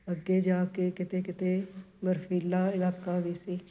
ਅੱਗੇ ਜਾ ਕੇ ਕਿਤੇ ਕਿਤੇ ਬਰਫੀਲਾ ਇਲਾਕਾ ਵੀ ਸੀ